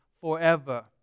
forever